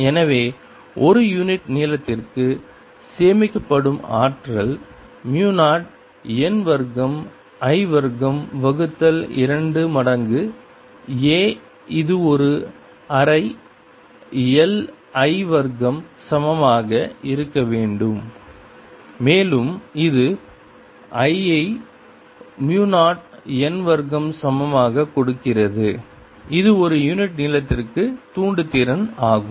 எனவே ஒரு யூனிட் நீளத்திற்கு சேமிக்கப்படும் ஆற்றல் மு 0 n வர்க்கம் I வர்க்கம் வகுத்தல் 2 மடங்கு a இது ஒரு அரை l I வர்க்கம் சமமாக இருக்க வேண்டும் மேலும் இது l ஐ மு 0 n வர்க்கம் சமமாக கொடுக்கிறது இது ஒரு யூனிட் நீளத்திற்கு தூண்டுதிறன் ஆகும்